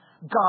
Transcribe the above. God